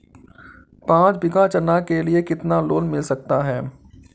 पाँच बीघा चना के लिए कितना लोन मिल सकता है?